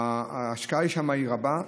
ההשקעה שם היא רבה,